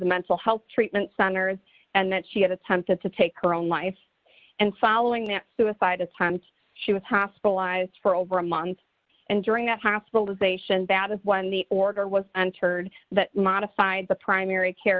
the mental health treatment centers and that she had attempted to take her own life and following that suicide as times she was hospitalized for over a month and during that hospitalization bad one the order was heard that modified the primary care